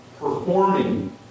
performing